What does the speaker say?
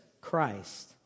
Christ